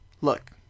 look